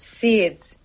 Seeds